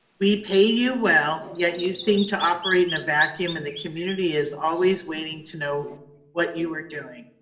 we pay you well yet you seem to operate in a vacuum and the community is always waiting to know what you are doing.